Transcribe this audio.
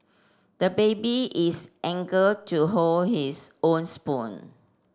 the baby is anger to hold his own spoon